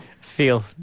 Feel